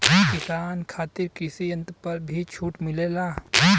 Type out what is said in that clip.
किसान खातिर कृषि यंत्र पर भी छूट मिलेला?